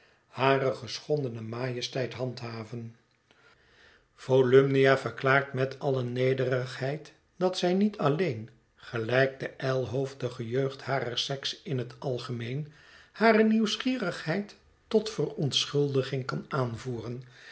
hare geschondene majesteit handhaven volumnia verklaart met alle nederigheid dat zij niet alleen gelijk de ijlhoofdige jeugd harer sekse in het algemeen hare nieuwsgierigheid tot verontschuldiging kan aanvoeren